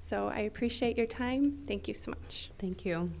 so i appreciate your time thank you so much thank